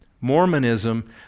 mormonism